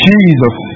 Jesus